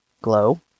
glow